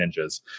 ninjas